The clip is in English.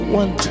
one